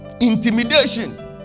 Intimidation